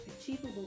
achievable